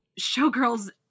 showgirls